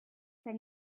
from